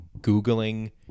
googling